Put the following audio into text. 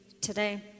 today